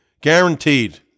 Guaranteed